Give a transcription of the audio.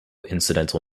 incidental